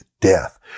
death